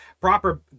proper